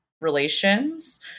relations